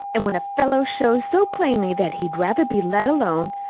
and when a fellow shows so plainly that he'd rather be let alone,